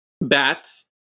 bats